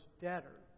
debtor